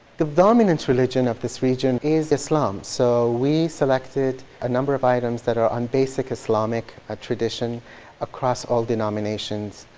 the dominant religion of this region is islam so we selected a number of items that are on basic islamic ah tradition across all denominations.